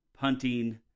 punting